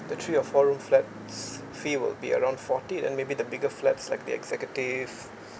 the three or four room flat fee will be around forty and maybe the bigger flats like the executive